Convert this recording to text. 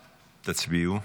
תצביעו.